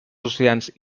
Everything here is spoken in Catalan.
oceans